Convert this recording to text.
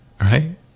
Right